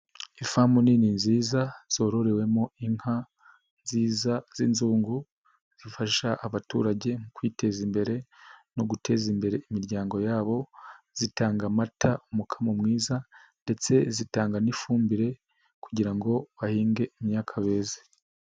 Ifamu nini nziza zororewemo inka nziza z'inzungu, zifasha abaturage mu kwiteza imbere no guteza imbere imiryango yabo, zitanga amata umukamo mwiza ndetse zitanga n'ifumbire, kugira ngo bahinge imyaka beze.